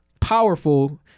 powerful